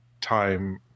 time